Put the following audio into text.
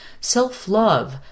Self-love